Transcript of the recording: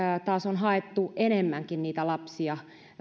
taas on haettu enemmänkin niitä lapsia